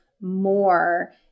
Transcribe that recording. more